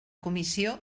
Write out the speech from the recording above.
comissió